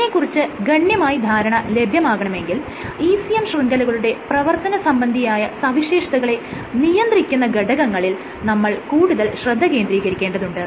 ഇതിനെ കുറിച്ച് ഗണ്യമായ ധാരണ ലഭ്യമാകണമെങ്കിൽ ECM ശൃംഖലകളുടെ പ്രവർത്തന സംബന്ധിയായ സവിശേഷതകളെ നിയന്ത്രിക്കുന്ന ഘടകങ്ങളിൽ നമ്മൾ കൂടുതൽ ശ്രദ്ധ കേന്ദ്രീകരിക്കേണ്ടതുണ്ട്